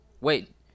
Wait